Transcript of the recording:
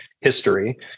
history